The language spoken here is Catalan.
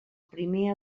primer